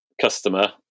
customer